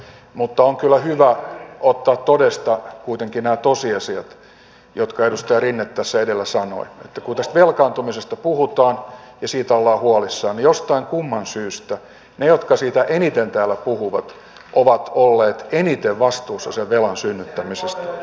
mutta on kyllä hyvä ottaa todesta kuitenkin nämä tosiasiat jotka edustaja rinne tässä edellä sanoi että kun tästä velkaantumisesta puhutaan ja siitä ollaan huolissaan niin jostain kumman syystä ne jotka siitä eniten täällä puhuvat ovat olleet eniten vastuussa sen velan synnyttämisestä